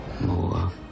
more